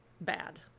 bad